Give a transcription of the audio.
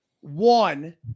one